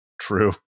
true